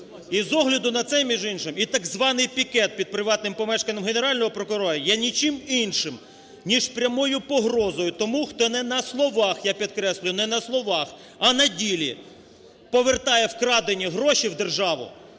І з огляду на це, між іншим, і так званий пікет під приватним помешканням Генерального прокурора є нічим іншим, ніж прямою погрозою тому, хто не на словах, я підкреслюю, не на словах, а на ділі, повертає вкрадені гроші в державу